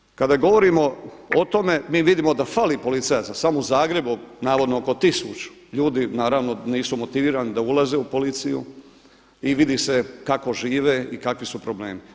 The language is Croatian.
Nadalje, kada govorimo o tome, mi vidimo da fali policajaca, samo u Zagrebu navodno oko tisuću ljudi naravno nisu motivirani da ulaze u policiju i vidi se kako žive, kakvi su problemi.